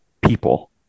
people